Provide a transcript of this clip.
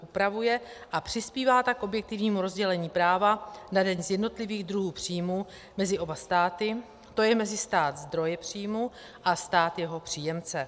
Upravuje a přispívá tak k objektivnímu rozdělení práva na daň z jednotlivých druhů příjmů mezi oba státy, to je mezi stát zdroje příjmů a stát jeho příjemce.